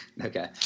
Okay